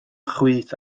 chwith